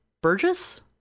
Burgess